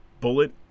bullet